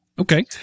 Okay